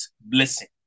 blessing